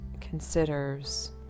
considers